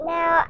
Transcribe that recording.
Now